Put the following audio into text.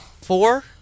Four